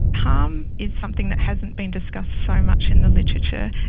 harm is something that hasn't been discussed so much in the literature.